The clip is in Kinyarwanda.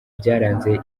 byaranze